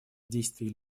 действий